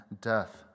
death